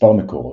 במספר מקורות,